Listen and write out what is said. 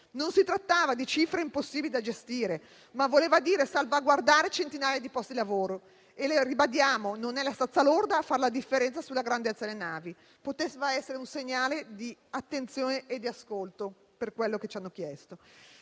Non si trattava di cifre impossibili da gestire, ma significava salvaguardare centinaia di posti di lavoro. Ribadiamo che non è la stazza lorda a fare la differenza sulla grandezza delle navi. Poteva essere un segnale di attenzione e di ascolto per quello che ci hanno chiesto.